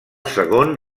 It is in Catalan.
segon